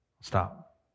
Stop